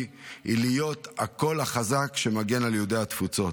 היא להיות הקול החזק שמגן על יהודי התפוצות,